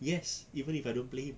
yes even if I don't play him